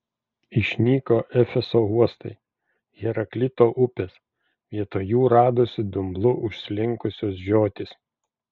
išnyko efeso uostai heraklito upės vietoj jų radosi dumblu užslinkusios žiotys